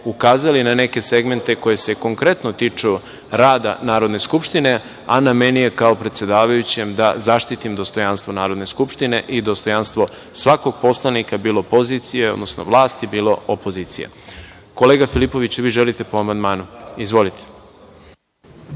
ukazali na neke segmente koji se konkretno tiču rada Narodne skupštine, a na meni je kao predsedavajućem da zaštitim dostojanstvo Narodne skupštine i dostojanstvo svakog poslanika, bilo pozicije, odnosno vlasti, bilo opozicije. Kolega Filipoviću, vi želite po amandmanu? (Da)Izvolite.